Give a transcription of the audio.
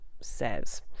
says